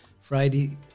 Friday